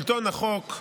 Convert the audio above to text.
שלטון החוק,